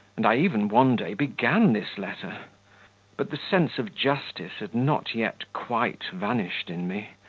and i even one day began this letter but the sense of justice had not yet quite vanished in me.